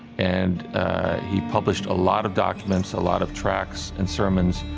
and he published a lot of documents, a lot of tracks and sermons,